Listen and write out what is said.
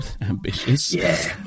ambitious